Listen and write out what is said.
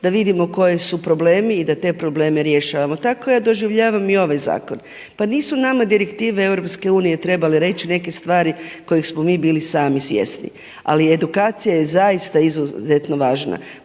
da vidimo koji su problemi i da te probleme rješavamo. Tako ja doživljavam i ovaj zakon. Pa nisu nama direktive Europske unije trebale reći neke stvari kojih smo bili mi sami svjesni. Ali edukacija je zaista izuzetno važna.